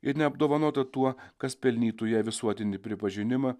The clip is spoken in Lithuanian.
ir neapdovanota tuo kas pelnytų jai visuotinį pripažinimą